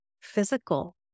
physical